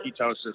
ketosis